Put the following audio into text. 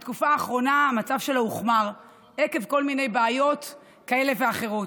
בתקופה האחרונה המצב שלה הוחמר עקב כל מיני בעיות כאלה ואחרות.